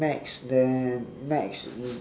maths then maths